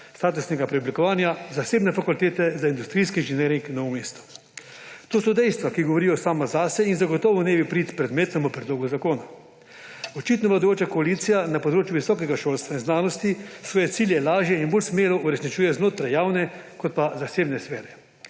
statusnega preoblikovanja zasebne Fakultete za industrijski inženiring Novo mesto. To so dejstva, ki govorijo sama zase in zagotovo ne v prid predmetnemu predlogu zakona. Očitno vladajoča koalicija na področju visokega šolstva in znanosti svoje cilje lažje in bolj smelo uresničuje znotraj javne kot pa zasebne sfere.